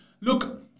Look